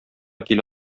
килә